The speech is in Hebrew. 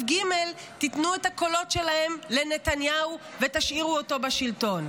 ג' תיתנו את הקולות שלהם לנתניהו ותשאירו אותו בשלטון.